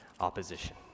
opposition